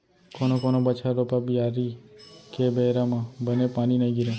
कोनो कोनो बछर रोपा, बियारी के बेरा म बने पानी नइ गिरय